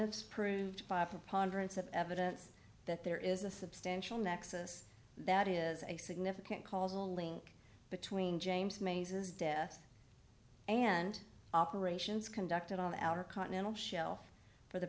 fs proved by a preponderance of evidence that there is a substantial nexus that is a significant cause a link between james mazes death and operations conducted on the outer continental shelf for the